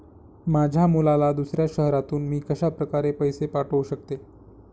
माझ्या मुलाला दुसऱ्या शहरातून मी कशाप्रकारे पैसे पाठवू शकते?